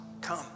come